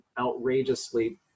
outrageously